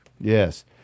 Yes